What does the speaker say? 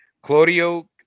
Claudio